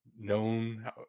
known